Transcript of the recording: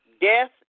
Death